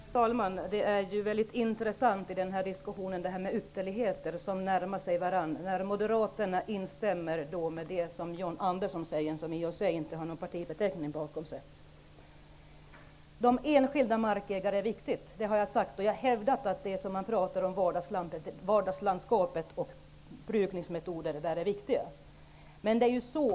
Herr talman! Det är väldigt intressant att se hur ytterligheter närmar sig varandra i diskussionen. Moderaterna instämmer i det John Andersson, som i och för sig inte har någon partibeteckning, säger. Jag har sagt att de enskilda markägarna är viktiga. Jag har hävdat att vardagslandskapet och de brukningsmetoder man använder där är viktiga.